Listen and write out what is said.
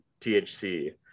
THC